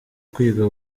kwiga